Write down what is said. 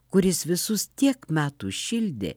kuris visus tiek metų šildė